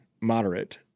moderate